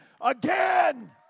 again